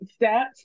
stats